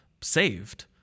saved